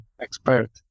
expert